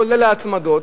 כולל ההצמדות,